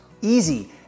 Easy